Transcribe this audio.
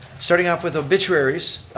starting off with obituaries,